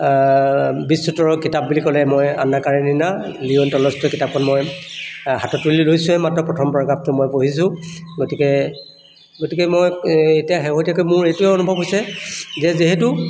বিশ্ব স্তৰৰ কিতাপ বুলি ক'লে মই আন্না কাৰেনিনা লিও টলষ্টয়ৰ কিতাপখন মই হাতত তুলি লৈছোৱে মাত্ৰ প্ৰথম পেৰেগ্ৰাফটো মই পঢ়িছোঁ গতিকে গতিকে মই এই এতিয়া শেহতীয়াকৈ মোৰ এইটোৱে অনুভৱ হৈছে যে যিহেতু